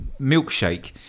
Milkshake